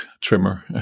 trimmer